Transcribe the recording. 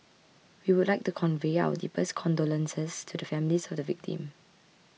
we would like to convey our deepest condolences to the families of the victims